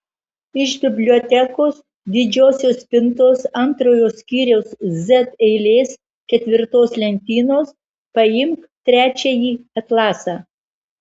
iš bibliotekos didžiosios spintos antrojo skyriaus z eilės ketvirtos lentynos paimk trečiąjį atlasą